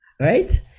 Right